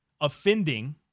offending